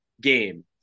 game